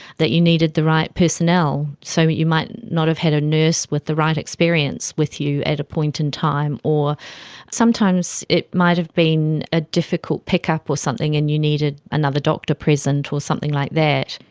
that you needed the right personnel, so you might not have a nurse with the right experience with you at a point in time. or sometimes it might have been a difficult pickup or something and you needed another doctor present or something like that.